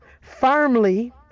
firmly